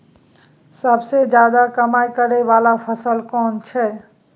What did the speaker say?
सबसे ज्यादा कमाई करै वाला फसल कोन छै?